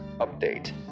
update